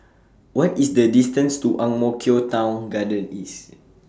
What IS The distance to Ang Mo Kio Town Garden East